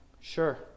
sure